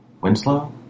Winslow